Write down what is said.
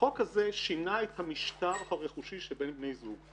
שינה את המשטר הרכושי שבין בני זוג.